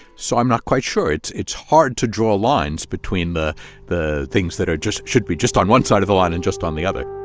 so i'm not quite sure. it's it's hard to draw lines between the the things that are just should be just on one side of a line and just on the other